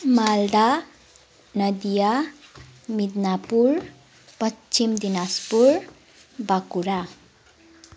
Malda Nadia Midnapore Paschim Dinajpur Bankura